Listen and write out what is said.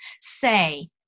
say